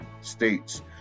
States